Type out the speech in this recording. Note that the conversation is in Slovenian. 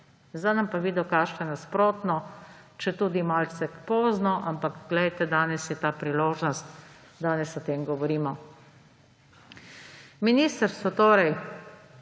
Zdaj nam pa vi dokažite nasprotno, četudi malce pozno, ampak glejte, danes je ta priložnost, danes o tem govorimo. Ministrstvo torej